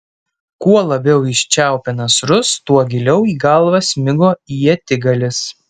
kuo labiau jis čiaupė nasrus tuo giliau į galvą smigo ietigalis